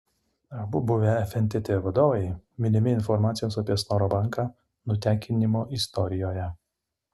abu buvę fntt vadovai minimi informacijos apie snoro banką nutekinimo istorijoje